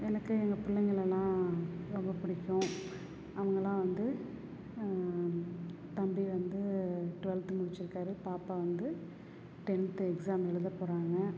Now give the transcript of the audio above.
எனக்கு எங்கள் பிள்ளைங்களைனா ரொம்ப பிடிக்கும் அவங்கள்லாம் வந்து தம்பி வந்து ட்வெல்த்து முடிச்சிருக்கார் பாப்பா வந்து டென்த்து எக்ஸாம் எழுத போகிறாங்க